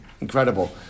Incredible